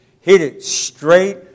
hit-it-straight